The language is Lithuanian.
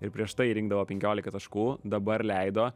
ir prieš tai rinkdavo penkiolika taškų dabar leido